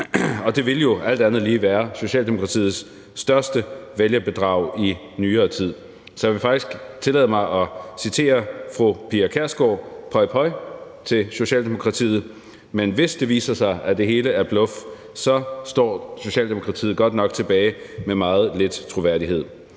Og det ville jo, alt andet lige, være Socialdemokratiets største vælgerbedrag i nyere tid. Så jeg vil faktisk tillade mig at citere fru Pia Kjærsgaard: Pøj, pøj til Socialdemokratiet. Men hvis det viser sig, at det hele er bluff, så står Socialdemokratiet godt nok tilbage med meget lidt troværdighed.